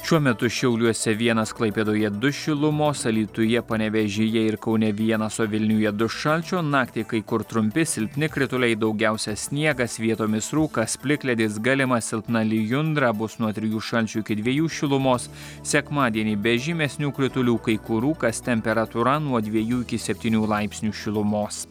šiuo metu šiauliuose vienas klaipėdoje du šilumos alytuje panevėžyje ir kaune vienas o vilniuje du šalčio naktį kai kur trumpi silpni krituliai daugiausiai sniegas vietomis rūkas plikledis galima silpna lijundra bus nuo trijų šalčio iki dviejų šilumos sekmadienį be žymesnių kritulių kai kur rūkas temperatūra nuo dviejų iki septynių laipsnių šilumos